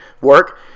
work